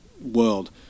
world